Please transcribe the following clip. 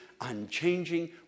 unchanging